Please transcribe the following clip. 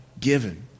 given